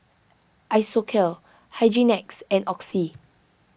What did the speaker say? Isocal Hygin X and Oxy